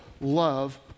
Love